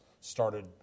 started